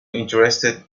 interested